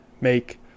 make